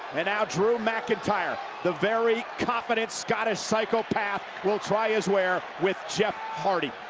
and now drew mcintyre, the very confident scottish psychopath will try his wear with jeff hardy.